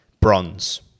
bronze